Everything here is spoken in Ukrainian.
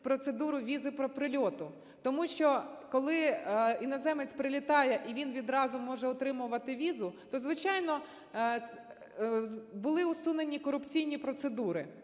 процедуру "візи по прильоту", тому що коли іноземець прилітає і він відразу може отримувати візу, то, звичайно, були усунені корупційні процедури.